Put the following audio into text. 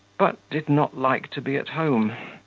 but did not like to be at home,